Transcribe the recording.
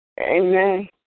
Amen